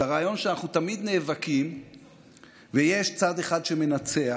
את הרעיון שאנחנו תמיד נאבקים ויש צד אחד שמנצח,